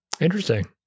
Interesting